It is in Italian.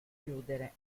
chiudere